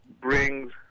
brings